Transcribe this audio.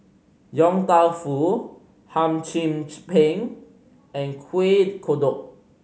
Yong Tau Foo hum chim peng and Kueh Kodok